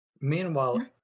Meanwhile